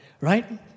right